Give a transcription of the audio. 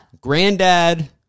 Granddad